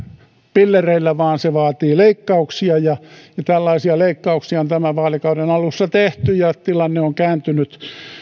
pillereillä vaan se vaatii leikkauksia tällaisia leikkauksia on tämän vaalikauden alussa tehty ja tilanne on kääntynyt